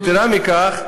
יתרה מכך,